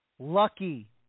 lucky